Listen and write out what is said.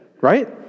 right